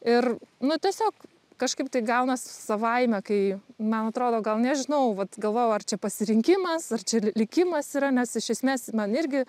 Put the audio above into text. ir nu tiesiog kažkaip tai gaunas savaime kai man atrodo gal nežinau vat galvojau ar čia pasirinkimas ar čia likimas yra nes iš esmės man irgi